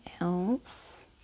else